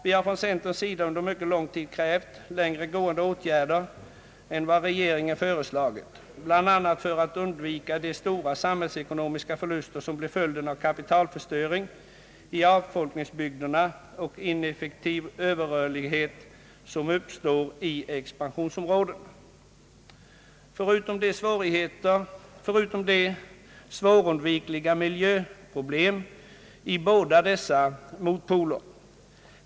Vi har från centerns sida under mycket lång tid krävt längre gående åtgärder än vad regeringen föreslagit, bland annat för att undvika de stora samhällsekonomiska förluster som blir följden av kapitalförstöring i avfolkningsbygderna och «ineffektiv överrörlighet i expansionsområdena, förutom de svårundvikliga miljöproblemen i dessa båda motpoler.